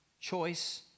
choice